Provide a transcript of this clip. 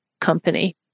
company